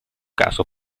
caso